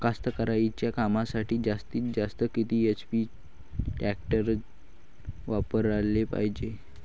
कास्तकारीच्या कामासाठी जास्तीत जास्त किती एच.पी टॅक्टर वापराले पायजे?